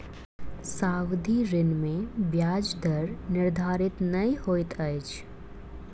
सावधि ऋण में ब्याज दर निर्धारित नै होइत अछि